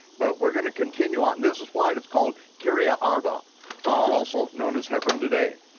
but we're gonna continue on, this is why it's called kirjatharba, also known as hebron today.